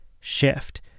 shift